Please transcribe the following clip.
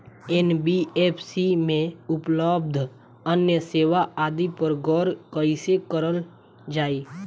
NBFC में उपलब्ध अन्य सेवा आदि पर गौर कइसे करल जाइ?